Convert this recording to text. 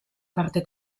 parte